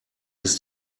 ist